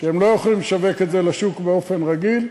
שהם לא יכולים לשווק את זה לשוק באופן רגיל,